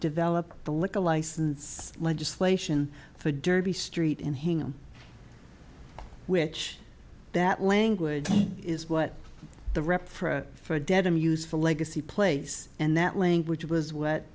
developed the liquor license legislation for derby street and hang on which that language is what the rep for for addendum used for legacy place and that language was what